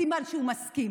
סימן שהוא מסכים.